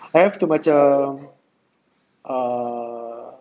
I have to macam err